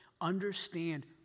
Understand